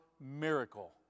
miracle